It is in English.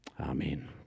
Amen